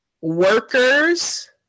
workers